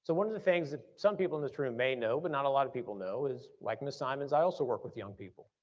so one of the things that some people in this room may know, but not a lot of people know, is like ms. simonds i also work with young people.